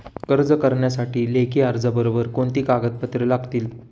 कर्ज करण्यासाठी लेखी अर्जाबरोबर कोणती कागदपत्रे लागतील?